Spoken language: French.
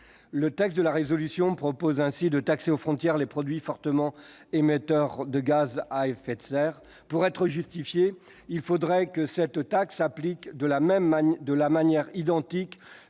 de résolution prévoit ainsi de taxer aux frontières les produits fortement émetteurs de gaz à effets de serre. Pour être légitime, il faudrait que cette taxe s'applique de manière identique